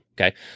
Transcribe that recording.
okay